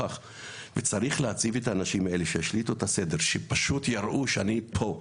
צריך להציב אנשים שישליטו את הסדר ויראו: ״אני פה״.